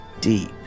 deep